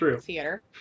theater